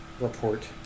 Report